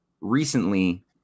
recently